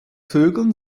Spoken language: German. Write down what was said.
vögeln